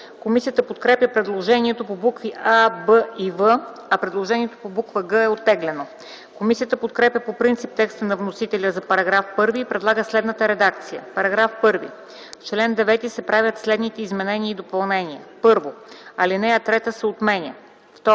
Комисията подкрепя предложението по букви „а”, „б” и „в”, а предложението по буква „г” беше оттеглено. Комисията подкрепя по принцип текста на вносителя за § 1 и предлага следната редакция: „§ 1. В чл. 9 се правят следните изменения и допълнения: 1. Алинея 3 се отменя.